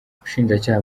ubushinjacyaha